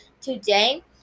today